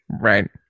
Right